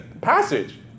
passage